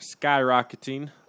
skyrocketing